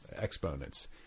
exponents